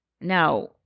Now